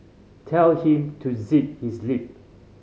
tell him to zip his lip